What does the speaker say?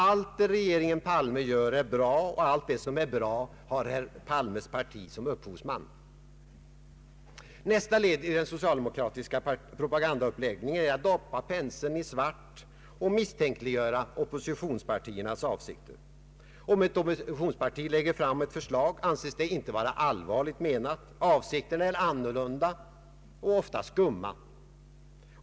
Allt det regeringen Palme gör är bra, och allt det som är bra har herr Palmes parti som upphovsman! Nästa led i den socialdemokratiska propagandauppläggningen är att doppa penseln i svart och misstänkliggöra oppositionspartiernas avsikter. Om ett oppositionsparti lägger fram ett förslag anses det inte vara allvarligt menat. Avsikterna är helt annorlunda och ofta skumma.